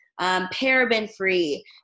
paraben-free